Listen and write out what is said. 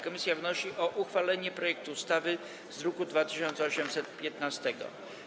Komisja wnosi o uchwalenie projektu ustawy z druku nr 2815.